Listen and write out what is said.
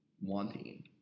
wanting